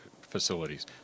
facilities